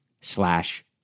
slash